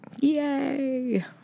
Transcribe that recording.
Yay